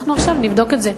אנחנו עכשיו נבדוק את זה.